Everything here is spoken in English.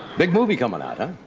big movie comin' out, huh?